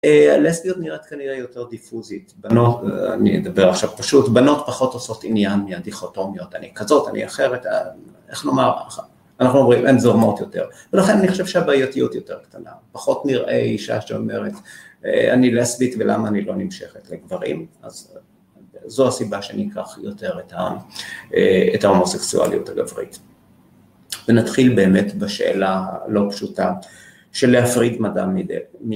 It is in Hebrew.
הלסביות נראית כנראה יותר דיפוזית, בנות, אני אדבר עכשיו פשוט, בנות פחות עושות עניין מהדיכוטומיות, אני כזאת, אני אחרת, איך לומר, אנחנו אומרים, הן זורמות יותר, ולכן אני חושב שהבעיותיות יותר קטנה, פחות נראה אישה שאומרת, אני לסבית ולמה אני לא נמשכת לגברים, אז זו הסיבה שאני אקח יותר את ההומוסקסואליות הגברית. ונתחיל באמת בשאלה לא פשוטה של להפריד מדע מ,